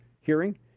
hearing